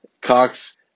Cox